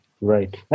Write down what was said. Right